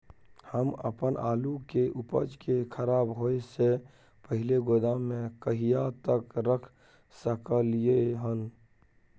हम अपन आलू के उपज के खराब होय से पहिले गोदाम में कहिया तक रख सकलियै हन?